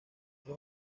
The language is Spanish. dos